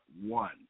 One